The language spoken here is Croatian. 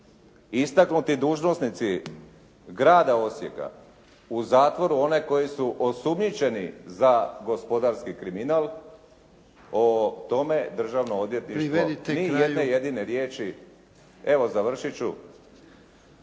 istaknuti dužnosnici grada Osijeka u zatvoru one koji su osumnjičeni za gospodarski kriminal, o tome Državno odvjetništvo … **Jarnjak, Ivan